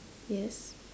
yes